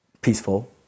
peaceful